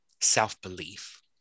self-belief